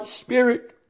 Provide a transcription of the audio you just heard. spirit